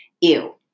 Ew